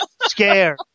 Scare